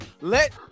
let